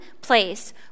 place